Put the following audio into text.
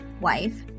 wife